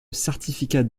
certificat